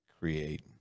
create